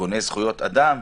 ארגוני זכויות אדם.